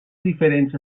diferents